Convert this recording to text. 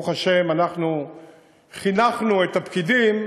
ברוך השם, אנחנו חינכנו את הפקידים